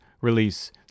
release